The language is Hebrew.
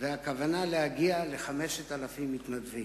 והכוונה להגיע ל-5,000 מתנדבים.